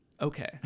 Okay